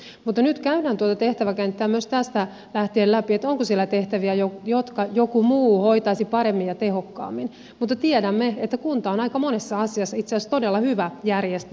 mutta nyt käydään tuota tehtäväkenttää myös tästä lähtien läpi onko siellä tehtäviä jotka joku muu hoitaisi paremmin ja tehokkaammin mutta tiedämme että kunta on aika monessa asiassa itse asiassa todella hyvä järjestäjä